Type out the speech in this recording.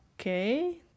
Okay